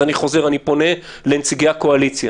אני חוזר ופונה לנציגי הקואליציה